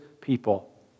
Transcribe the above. people